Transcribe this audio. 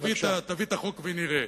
תביא את החוק ונראה.